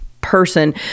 person